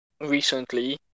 recently